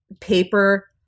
paper